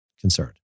concerned